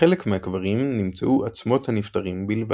בחלק מהקברים נמצאו עצמות הנפטרים בלבד.